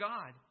God